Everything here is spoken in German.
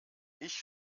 ich